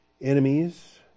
Enemies